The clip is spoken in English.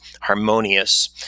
harmonious